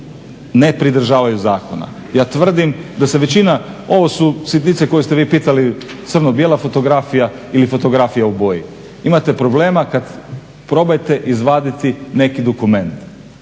ne pridržavaju zakona. Ja tvrdim da se većina, ovo su sitnice koje ste vi pitali, crno-bijela fotografija ili fotografija u boji. Imate problema kad probajte izvaditi neki dokument,